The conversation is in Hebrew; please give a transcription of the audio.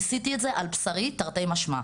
ניסיתי את זה על בשרי תרתי משמע.